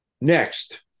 Next